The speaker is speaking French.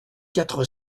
quatre